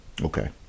okay